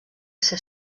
ser